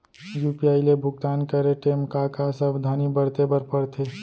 UPI ले भुगतान करे टेम का का सावधानी बरते बर परथे